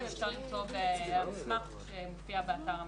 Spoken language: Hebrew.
אפשר למצוא במסמך שמופיע באתר הממ"מ.